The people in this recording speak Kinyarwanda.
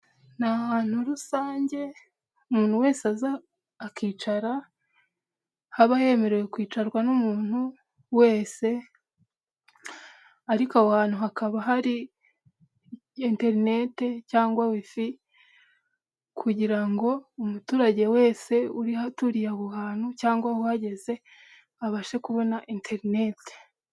Ni ahantu rusange umuntu wese aza akicara, haba hemerewe kwicarwa n'umuntu wese, ariko aho hantu hakaba hari interineti cyangwa wifi kugira ngo umuturage wese uturiye aho hantu cyangwa uhageze abashe kubona interineti.